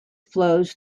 flows